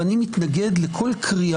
ואני מתנגד לכל קריאה.